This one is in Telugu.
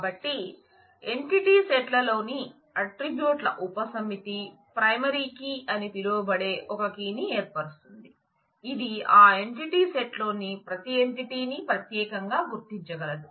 కాబట్టి ఎంటిటీ సెట్ అని పిలువబడే ఒక కీ ని ఏర్పరుస్తుంది ఇది ఆ ఎంటిటీ సెట్లోని ప్రతి ఎంటిటీని ప్రత్యేకంగా గుర్తించగలదు